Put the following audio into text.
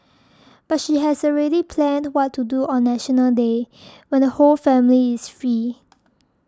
but she has already planned what to do on National Day when the whole family is free